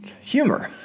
humor